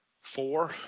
Four